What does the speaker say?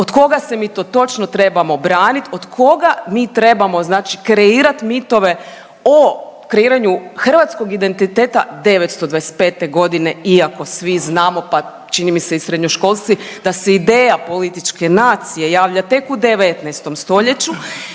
Od koga se mi to točno trebamo branit, od koga mi trebamo kreirat mitove o kreiranju hrvatskog identiteta 925.g.? Iako svi znamo, pa čini mi se i srednjoškolci da se ideja političke nacije javlja tek u 19. stoljeću.